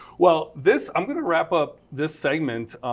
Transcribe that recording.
well, this i'm going to wrap up this segment.